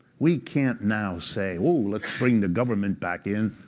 we can't now say, oh, let's bring the government back in,